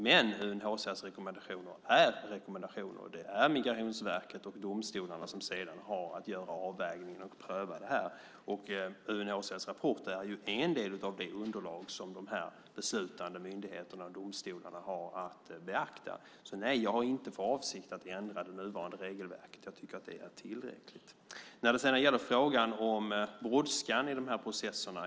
Men UNHCR:s rekommendationer är rekommendationer, och det är Migrationsverket och domstolarna som sedan har att göra avvägningen och pröva detta. UNHCR:s rapport är en del av det underlag som de beslutande myndigheterna och domstolarna har att beakta. Nej, jag har inte för avsikt att ändra det nuvarande regelverket. Jag tycker att det är tillräckligt. Sedan var det frågan om brådskan i processerna.